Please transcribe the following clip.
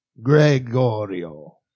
Gregorio